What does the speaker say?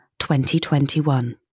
2021